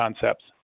concepts